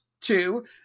two